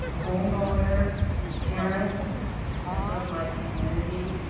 a homeowner, a parent, a member of my community,